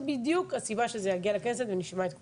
זה בדיוק הסיבה שזה יגיע לכנסת ונשמע את כולם.